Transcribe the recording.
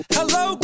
Hello